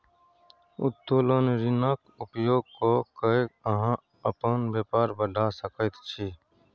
उत्तोलन ऋणक उपयोग क कए अहाँ अपन बेपार बढ़ा सकैत छी